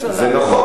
זה נכון,